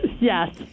Yes